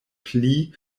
pli